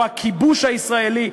או הכיבוש הישראלי,